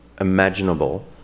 imaginable